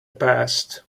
past